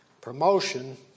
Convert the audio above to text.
promotion